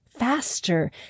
faster